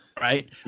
Right